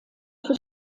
für